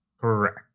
Correct